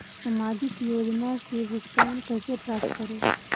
सामाजिक योजना से भुगतान कैसे प्राप्त करी?